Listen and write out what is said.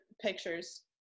pictures